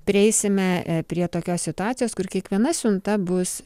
prieisime prie tokios situacijos kur kiekviena siunta bus